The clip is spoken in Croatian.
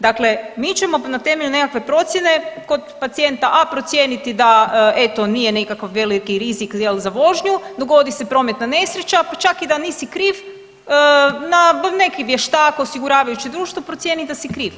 Dakle, mi ćemo na temelju nekakve procjene kod pacijenta A procijeniti da eto nije nekakav veliki rizik jel za vožnju, dogodi se prometna nesreća pa čak i da nisi kriv neki vještak, osiguravajuće društvo procijeni da si kriv.